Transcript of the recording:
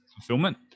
fulfillment